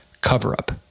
cover-up